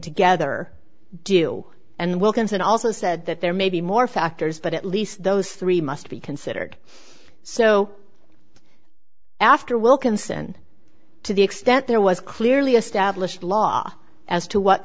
together do and wilkinson also said that there may be more factors but at least those three must be considered so after wilkinson to the extent there was clearly established law as to what